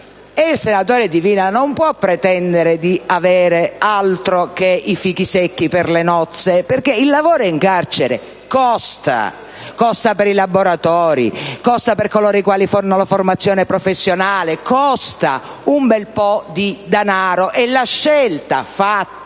il senatore Divina non può pretendere di avere altro che i fichi secchi per le nozze, perché il lavoro in carcere costa molto denaro: costa per i laboratori e per coloro i quali offrono la formazione professionale. Ad esempio, la scelta fatta